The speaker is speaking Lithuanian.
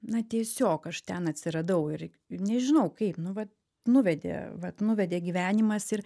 na tiesiog aš ten atsiradau ir nežinau kaip nu va nuvedė va nuvedė gyvenimas ir